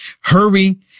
Hurry